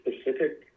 specific